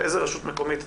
איזו רשות מקומית,